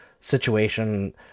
situation